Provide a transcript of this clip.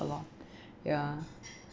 a lot ya